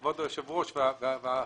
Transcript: כבוד היושב ראש והוועדה,